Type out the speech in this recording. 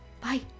Bye